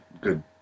good